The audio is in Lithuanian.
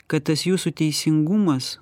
kad tas jūsų teisingumas